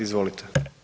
Izvolite.